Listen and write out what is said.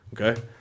Okay